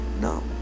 No